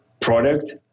product